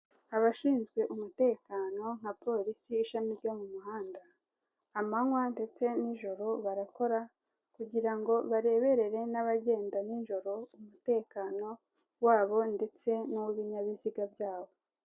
Abashinzwe umutekano nka polisi ishami ryo mu muhanda, amanywa ndetse n'ijoro barakora, kugira ngo bareberere n'abagenda ninjoro umutekano wabo ndese n'uw'ibinyabiziga byabo.